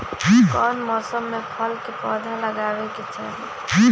कौन मौसम में फल के पौधा लगाबे के चाहि?